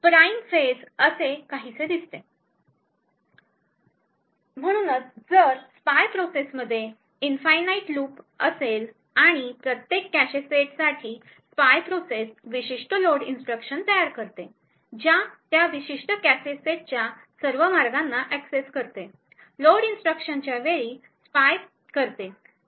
prime phase असे काहीसे दिसते म्हणूनच जर स्पाय प्रोसेस मध्ये इनफाईननाईट लूप असेल आणि प्रत्येक कॅशे सेटसाठी स्पाय प्रोसेस विशिष्ट लोड इन्स्ट्रक्शन तयार करते ज्या त्या विशिष्ट कॅशेसेटच्या सर्व मार्गांना एक्सेस करते लोड इन्स्ट्रक्शनच्या वेळी स्पाय करते